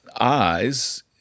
eyes